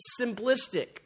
simplistic